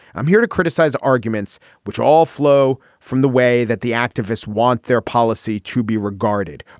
i'm here to criticize arguments which all flow from the way that the activists want their policy to be regarded.